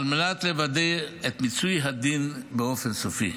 על מנת לוודא את מיצוי הדין באופן סופי.